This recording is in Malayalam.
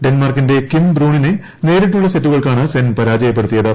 ഡെൻമാർക്കിന്റെ കിം ബ്രൂണിനെ നേരിട്ടുള്ള സെറ്റുകൾക്കാണ് സെൻ പരാജയപ്പെടുത്തിയത്